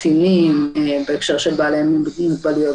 וגם בהכרזה הגורפת של בידוד במלוניות